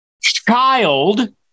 child